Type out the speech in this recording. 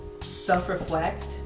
self-reflect